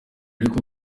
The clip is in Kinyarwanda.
ariko